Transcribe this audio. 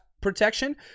protection